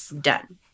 Done